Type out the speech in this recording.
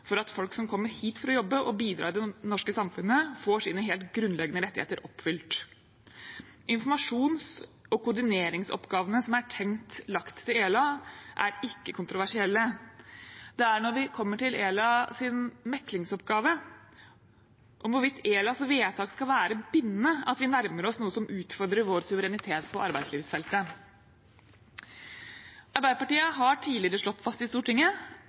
for at folk som kommer hit for å jobbe og bidra i det norske samfunnet, får sine helt grunnleggende rettigheter oppfylt. Informasjons- og koordineringsoppgavene som er tenkt lagt til ELA, er ikke kontroversielle. Det er når vi kommer til ELAs meklingsoppgave og hvorvidt ELAs vedtak skal være bindende, at vi nærmer oss noe som utfordrer vår suverenitet på arbeidslivsfeltet. Arbeiderpartiet har tidligere slått fast i Stortinget